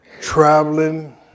traveling